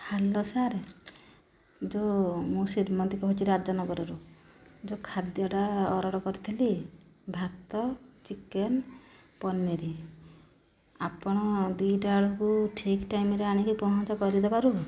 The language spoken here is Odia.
ହ୍ୟାଲୋ ସାର୍ ଯେଉଁ ମୁଁ ଶ୍ରୀମତୀ କହୁଛି ରାଜନଗରରୁ ଯେଉଁ ଖାଦ୍ୟଟା ଅର୍ଡ଼ର କରିଥିଲି ଭାତ ଚିକେନ ପନିର ଆପଣ ଦୁଇଟା ବେଳକୁ ଠିକ୍ ଟାଇମ୍ରେ ପହଞ୍ଚ କରିଦେବାରୁ